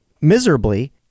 miserably